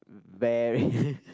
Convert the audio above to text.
very